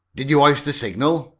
did you hoist the signal?